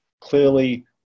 clearly